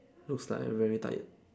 looks like I'm very tired